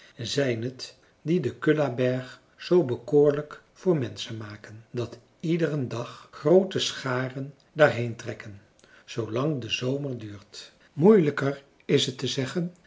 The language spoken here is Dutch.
zijn het die den kullaberg zoo bekoorlijk voor menschen maken dat iederen dag groote scharen daarheen trekken zoolang de zomer duurt moeilijker is het te zeggen